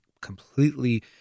completely